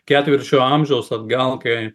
ketvirčiu amžiaus atgal kai